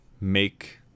make